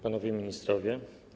Panowie Ministrowie!